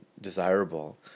desirable